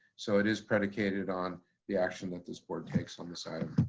so it is predicated on the action that this board takes on this item.